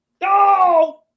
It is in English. no